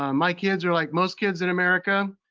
um my kids are like most kids in america.